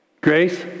Grace